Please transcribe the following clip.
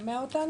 בוקר